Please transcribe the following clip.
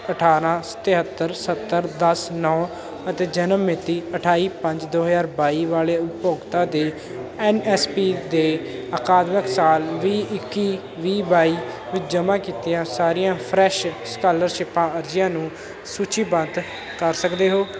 ਅਠਾਰਾਂ ਸ ਤਹੇਤਰ ਸੱਤਰ ਦਸ ਨੌਂ ਅਤੇ ਜਨਮ ਮਿਤੀ ਅਠਾਈ ਪੰਜ ਦੋ ਹਜ਼ਾਰ ਬਾਈ ਵਾਲੇ ਉਪਭੋਗਤਾ ਦੇ ਐੱਨ ਐੱਸ ਪੀ ਦੇ ਅਕਾਦਮਿਕ ਸਾਲ ਵੀਹ ਇੱਕੀ ਵੀਹ ਬਾਈ ਵਿੱਚ ਜਮ੍ਹਾਂ ਕੀਤੀਆਂ ਸਾਰੀਆਂ ਫਰੈਸ਼ ਸਕਾਲਰਸ਼ਿਪਾਂ ਅਰਜ਼ੀਆਂ ਨੂੰ ਸੂਚੀਬੱਧ ਕਰ ਸਕਦੇ ਹੋ